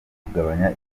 kugabanya